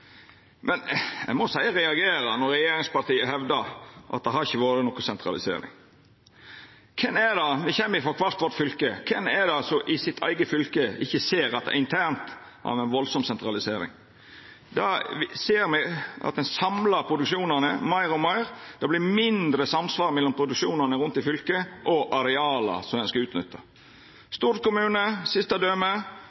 men eg må seia at eg reagerer når regjeringspartia hevdar at det ikkje har vore noka sentralisering. Me kjem frå kvar våre fylke. Kven er det som i eige fylke ikkje ser at det internt har vore ei veldig sentralisering? Me ser at ein samlar produksjonen meir og meir, det vert mindre samsvar mellom produksjonen rundt om i fylka og areala ein skal